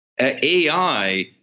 AI